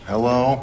Hello